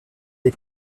des